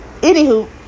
anywho